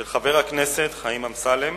של חבר הכנסת אמסלם,